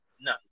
no